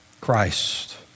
Christ